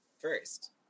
first